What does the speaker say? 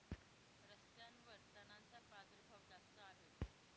रस्त्यांवर तणांचा प्रादुर्भाव जास्त आढळतो